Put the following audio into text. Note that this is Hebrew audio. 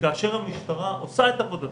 וכאשר המשטרה עושה את עבודתה,